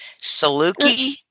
Saluki